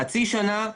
חצי שנה,